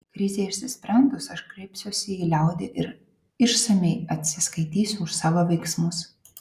krizei išsisprendus aš kreipsiuosi į liaudį ir išsamiai atsiskaitysiu už savo veiksmus